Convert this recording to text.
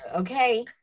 okay